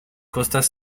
costas